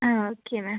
അ okay മാം